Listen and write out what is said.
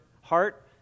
heart